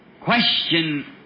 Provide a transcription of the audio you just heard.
question